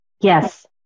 yes